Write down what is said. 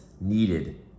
needed